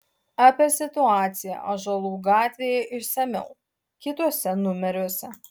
apie situaciją ąžuolų gatvėje išsamiau kituose numeriuose